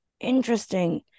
interesting